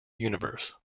universe